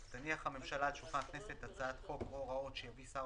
תניח הממשלה על שולחן הכנסת הצעת חוק או הוראות שיביא שר